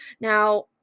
Now